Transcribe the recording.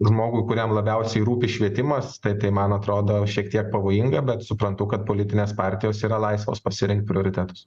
žmogui kuriam labiausiai rūpi švietimas tai tai man atrodo šiek tiek pavojinga bet suprantu kad politinės partijos yra laisvos pasirinkt prioritetus